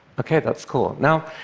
ok, that's cool. now,